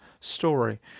story